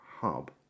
hub